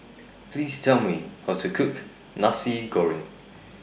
Please Tell Me How to Cook Nasi Goreng